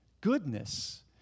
Goodness